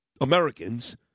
Americans